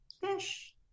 Fish